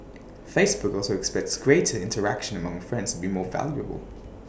Facebook also expects greater interaction among friends be more valuable